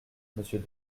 monsieur